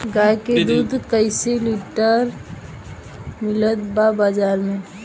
गाय के दूध कइसे लीटर कीमत बा बाज़ार मे?